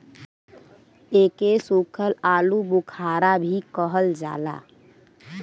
एके सुखल आलूबुखारा भी कहल जाला